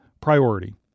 priority